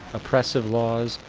oppressive laws,